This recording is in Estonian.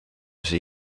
see